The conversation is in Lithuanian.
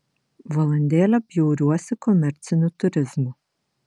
valandėlę bjauriuosi komerciniu turizmu